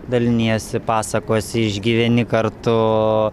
daliniesi pasakosi išgyveni kartu